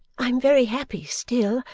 i am very happy still,